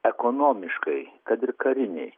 ekonomiškai kad ir kariniai